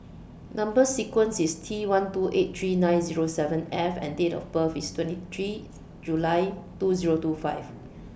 Number sequence IS T one two eight three nine Zero seven F and Date of birth IS twenty three July two Zero two five